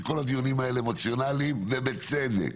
כי כל הדיונים האלה אמוציונליים ובצדק,